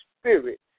spirit